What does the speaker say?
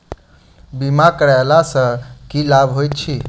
बीमा करैला सअ की लाभ होइत छी?